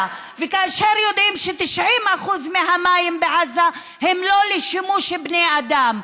כאשר יודעים ש-90% מהמים בעזה הם לא לשימוש בני אדם,